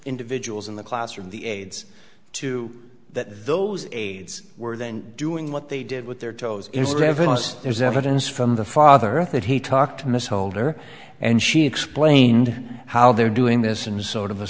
individuals in the classroom the aides to that those aides were then doing what they did with their toes is reverenced there's evidence from the father that he talked to miss holder and she explained how they're doing this and sort of a